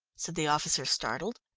said the officer, startled.